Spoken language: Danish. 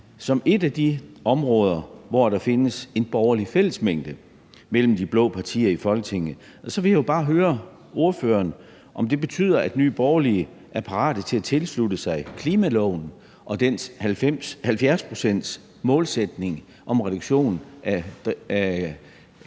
som et af de områder, hvor der findes en borgerlig fællesmængde mellem de blå partier i Folketinget, og så vil jeg bare høre ordføreren, om det betyder, at Nye Borgerlige er parate til at tilslutte sig klimaloven og dens 70-procentsmålsætning om reduktion af